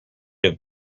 have